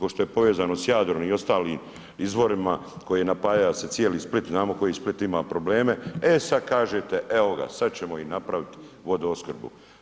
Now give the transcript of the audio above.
Pošto je povezano s Jadnom i ostalim izvorima koje napaja se cijeli Split, znamo koji Split ima probleme, e sad kažete evo ga sad ćemo im napravit vodoopskrbu.